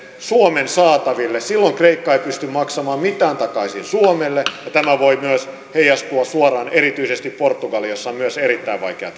suomen saataville silloin kreikka ei pysty maksamaan mitään takaisin suomelle tämä voi myös heijastua suoraan erityisesti portugaliin jossa on myös erittäin vaikea